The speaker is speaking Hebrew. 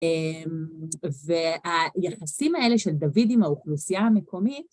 והיחסים האלה של דוד עם האוכלוסייה המקומית...